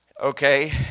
Okay